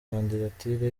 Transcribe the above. kandidatire